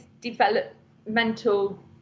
developmental